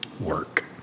work